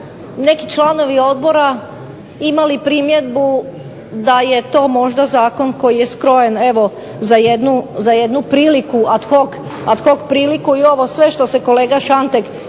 neki članovi odbora imali primjedbu da je to možda zakon koji je skrojen evo za jednu priliku ad hoc priliku i ovo sve što se kolega Šantek brine